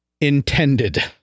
intended